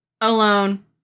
Alone